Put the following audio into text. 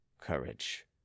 Courage